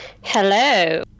Hello